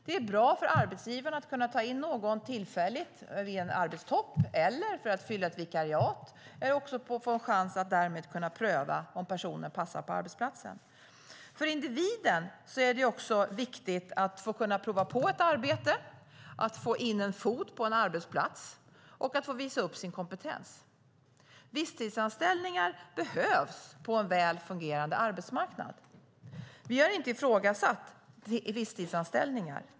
Det är bra för arbetsgivarna att kunna ta in någon tillfälligt vid en arbetstopp eller för att fylla ett vikariat och därmed också få en chans att pröva om personen passar på arbetsplatsen. För individen är det också viktigt att kunna prova på ett arbete, att få in en fot på en arbetsplats och visa upp sin kompetens. Visstidsanställningar behövs på en väl fungerande arbetsmarknad. Vi har inte ifrågasatt visstidsanställningar.